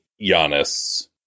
Giannis